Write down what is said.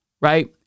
right